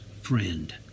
friend